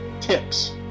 tips